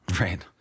right